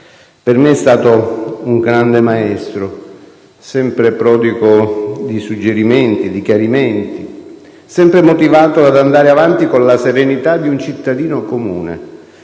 Per me è stato un grande maestro, sempre prodigo di suggerimenti, di chiarimenti; sempre motivato ad andare avanti, con la serenità di un cittadino comune.